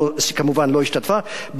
שכמובן לא השתתפה.